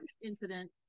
incident